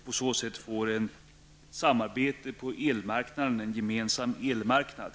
På det sättet får vi ju ett samarbete på en gemensam elmarknad.